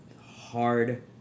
hard